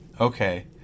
Okay